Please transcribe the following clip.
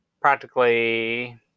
practically